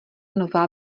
nová